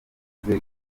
gukora